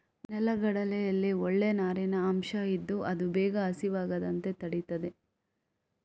ನೆಲಗಡಲೆಯಲ್ಲಿ ಒಳ್ಳೇ ನಾರಿನ ಅಂಶ ಇದ್ದು ಅದು ಬೇಗ ಹಸಿವಾಗದಂತೆ ತಡೀತದೆ